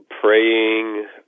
praying